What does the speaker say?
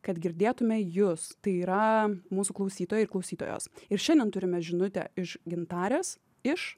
kad girdėtume jus tai yra mūsų klausytojai ir klausytojos ir šiandien turime žinutę iš gintarės iš